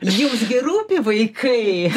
jums gi rūpi vaikai